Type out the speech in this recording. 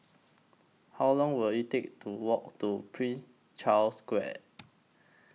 How Long Will IT Take to Walk to Prince Charles Square